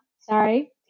sorry